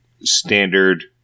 standard